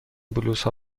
بلوزها